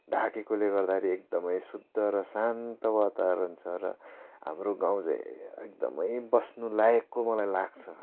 ढाकेकोले गर्दाखेरि एकदमै शुद्ध र शान्त वातावरण छ र हाम्रो गाउँ चाहिँ एकदमै बस्नुलायकको मलाई लाग्छ